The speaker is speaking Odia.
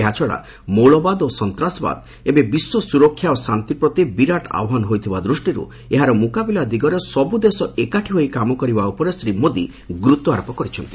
ଏହାଛଡ଼ା ମୌଳବାଦ ଓ ସନ୍ତାସବାଦ ଏବେ ବିଶ୍ୱ ସୁରକ୍ଷା ଓ ଶାନ୍ତି ପ୍ରତି ବିରାଟ ଆହ୍ୱାନ ହୋଇଥିବା ଦୃଷ୍ଟିରୁ ଏହାର ମ୍ରକାବିଲା ଦିଗରେ ସବ୍ ଦେଶ ଏକାଠି ହୋଇ କାମ କରିବା ଉପରେ ଶ୍ରୀ ମୋଦି ଗୁରୁତ୍ୱାରୋପ କରିଛନ୍ତି